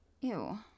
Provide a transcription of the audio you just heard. Ew